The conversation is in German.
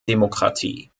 demokratie